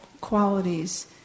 qualities